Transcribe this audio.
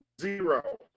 Zero